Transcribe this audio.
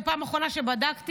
בפעם האחרונה שבדקתי,